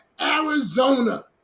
Arizona